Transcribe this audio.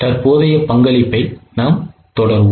தற்போதைய பங்களிப்பை நாம் தொடருவோம்